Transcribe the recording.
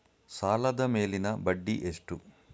ಸಾಲದ ಮೇಲಿನ ಬಡ್ಡಿ ಎಷ್ಟು?